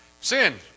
Sin